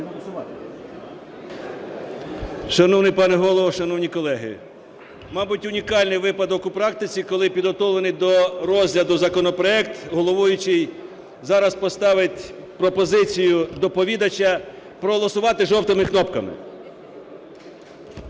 Шановний пане Голово, шановні колеги! Мабуть, унікальний випадок у практиці, коли підготовлений до розгляду законопроект головуючий зараз поставить пропозицію доповідача проголосувати жовтими кнопками.